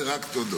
21),